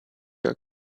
your